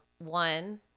One